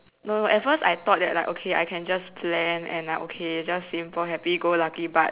no no at first I thought that like okay I can just plan and I okay just simple happy go lucky but